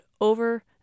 over